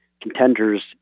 contenders